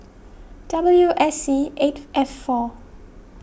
W S C eight F four